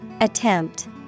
Attempt